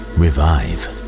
revive